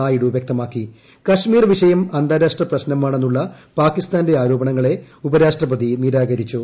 നായിഡു വൃക്തമാക്കി കാശ്മീർ വിഷയം അന്താരാഷ്ട്ര പ്രശ്നമാണെന്നുള്ള പാകിസ്ഥാന്റെ ആരോപണങ്ങളെ ഉപരാഷ്ട്രപതി നിരാകരിച്ചു